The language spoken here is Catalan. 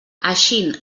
eixint